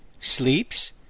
Sleeps